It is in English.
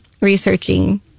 researching